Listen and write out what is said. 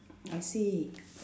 I see